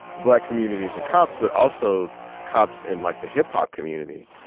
black communities and cops but also cops and, like, the hip-hop community.